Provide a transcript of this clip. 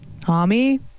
Tommy